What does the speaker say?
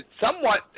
somewhat